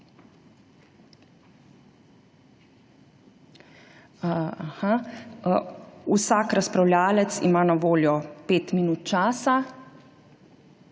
Vsak razpravljavec ima na voljo 5 minut časa.